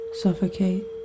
Suffocate